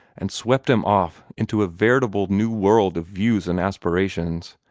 and swept him off into a veritable new world of views and aspirations,